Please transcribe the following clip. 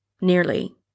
nearly